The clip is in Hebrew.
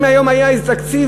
אם היום היה איזה תקציב,